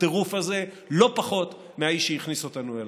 הטירוף הזה לא פחות מהאיש שהכניס אותנו אליו.